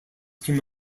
came